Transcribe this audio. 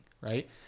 Right